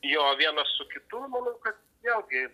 jo vienas su kitu manau kad vėlgi